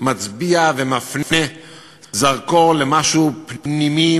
מצביעה ומפנה זרקור למשהו פנימי,